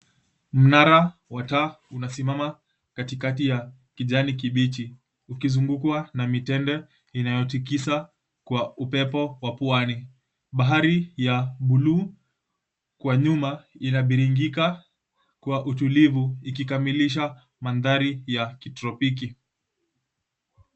Mnara wa taa unasimama katikati ya kijani kibichi ukizungukwa na mitende inayotikisa kwa upepo wa pwani. Bahari ya buluu kwa nyuma inabiringika kwa utulivu ikikamilisha maandhari ya kitropiki.